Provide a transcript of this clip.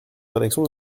rédaction